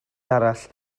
arall